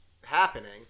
happening